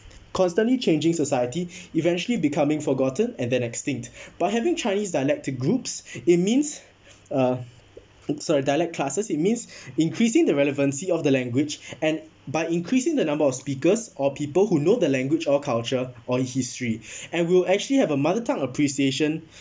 constantly changing society eventually becoming forgotten and then extinct but having chinese dialect group it means uh sorry dialect classes it means increasing the relevancy of the language and by increasing the number of speakers or people who know the language or culture or history and we'll actually have a mother tongue appreciation